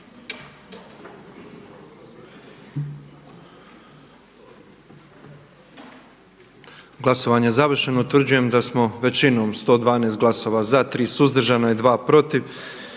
Glasovanje je završeno. Utvrđujem da je većinom glasova 66 za, 15 suzdržanih i 25 protiv